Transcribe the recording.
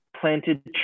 planted